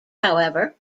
however